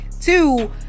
Two